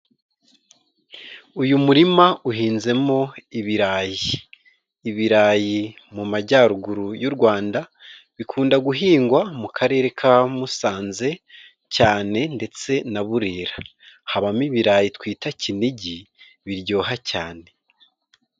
Uyu murima uhinzemo ibirayi, ibirayi mu majyaruguru y'u Rwanda bikunda guhingwa mu karere ka Musanze cyane ndetse na Burera, habamo ibirayi twita Kinigi biryoha cyane.